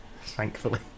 thankfully